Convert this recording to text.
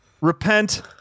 Repent